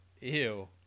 Ew